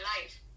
life